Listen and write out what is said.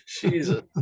Jesus